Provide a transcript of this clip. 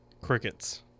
Crickets